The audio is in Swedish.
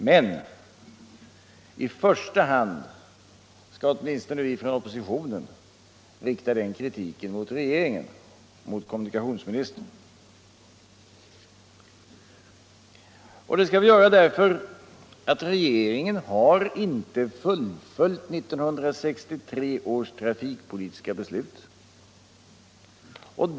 Men i första hand skall åtminstone vi från oppositionen rikta den kritiken mot regeringen —- mot kommunikationsministern. Och det skall vi göra därför att regeringen inte har fullföljt 1963 års trafik politiska beslut.